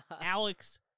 Alex